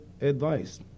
advice